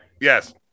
Yes